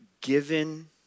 given